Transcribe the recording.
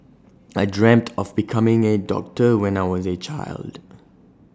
I dreamt of becoming A doctor when I was A child